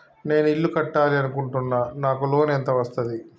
నేను ఇల్లు కట్టాలి అనుకుంటున్నా? నాకు లోన్ ఎంత వస్తది?